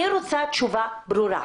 אני רוצה תשובה ברורה.